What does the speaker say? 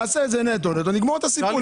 נעשה את זה נטו ונגמור את הסיפור.